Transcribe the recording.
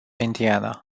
indiana